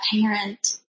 parent